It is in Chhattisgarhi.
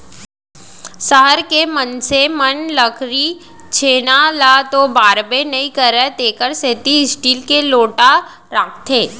सहर के मनसे मन लकरी छेना ल तो बारबे नइ करयँ तेकर सेती स्टील के लोटा राखथें